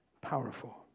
powerful